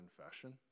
confession